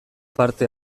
parte